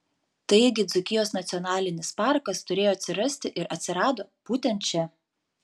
taigi dzūkijos nacionalinis parkas turėjo atsirasti ir atsirado būtent čia